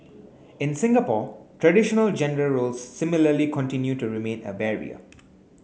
in Singapore traditional gender roles similarly continue to remain a barrier